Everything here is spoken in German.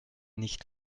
nicht